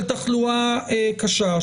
תחלואה קשה.